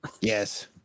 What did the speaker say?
Yes